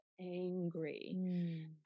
angry